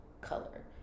color